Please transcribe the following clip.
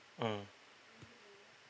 mm